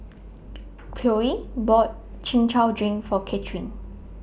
Chloie bought Chin Chow Drink For Kathryne